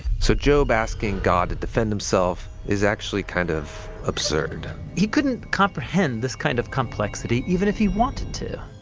so job asking god to defend himself is actually kind of absurd. he couldn't comprehend this kind of complexity even if he wanted to.